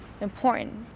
important